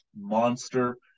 monster